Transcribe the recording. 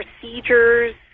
procedures